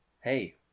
hey